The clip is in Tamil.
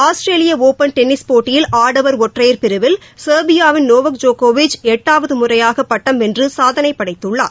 ஆஸ்திரேலிய ஒபன் டென்னிஸ் போட்டியின் ஆடவர் ஒற்றையர் பிரிவில் செர்பியாவின் நோவக் ஜோகோவிச் எட்டாவது முறையாக பட்டம் வென்று சாதனை படைத்துள்ளார்